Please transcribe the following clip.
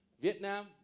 Vietnam